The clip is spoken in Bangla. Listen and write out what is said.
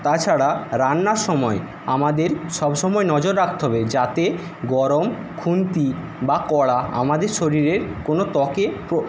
তাছাড়া রান্নার সময় আমাদের সব সময় নজর রাখতে হবে যাতে গরম খুন্তি বা কড়া আমাদের শরীরের কোনো ত্বকে